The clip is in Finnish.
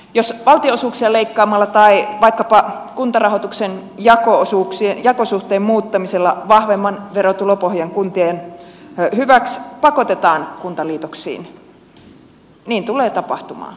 jos valtionosuuksia leikkaamalla tai vaikkapa kuntarahoituksen jakosuhteen muuttamisella vahvemman verotulopohjan kuntien hyväksi pakotetaan kuntaliitoksiin niin niitä tulee tapahtumaan